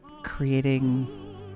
creating